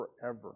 forever